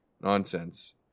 nonsense